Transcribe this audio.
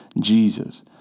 jesus